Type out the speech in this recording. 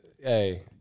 hey